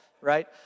right